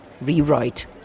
rewrite